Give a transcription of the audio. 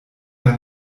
gar